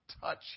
touch